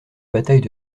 bataille